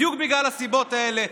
בדיוק בגלל הסיבות האלה,